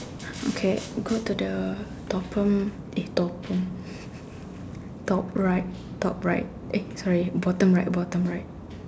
okay go to the bottom eh bottom top right top right eh sorry bottom right bottom right